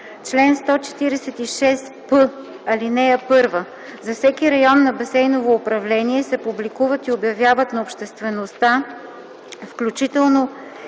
Чл. 146р. (1) За всеки район на басейново управление се публикуват и обявяват на обществеността, включително